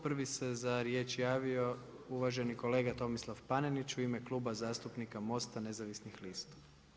Prvi se za riječ javio uvaženi kolega Tomislav Panenić u ime Kluba zastupnika Most-a nezavisnih lista.